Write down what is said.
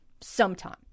sometime